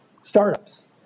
startups